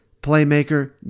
playmaker